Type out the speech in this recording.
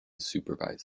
supervise